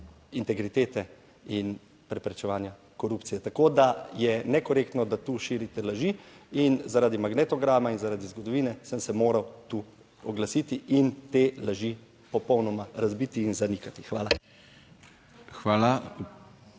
integritete in preprečevanja korupcije. Tako da je nekorektno, da tu širite laži in zaradi magnetograma in zaradi zgodovine sem se moral tu oglasiti in te laži popolnoma razbiti in zanikati. Hvala.